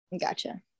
gotcha